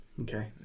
Okay